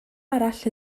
arall